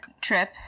trip